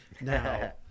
Now